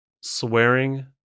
Swearing